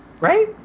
Right